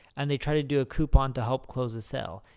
and they try to do a coupon to help close the sale.